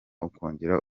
ukongera